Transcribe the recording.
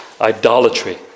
idolatry